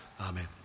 Amen